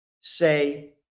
say